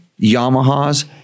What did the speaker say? Yamahas